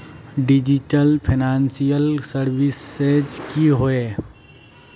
Digital financial services की होय?